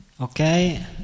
Okay